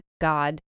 God